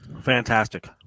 Fantastic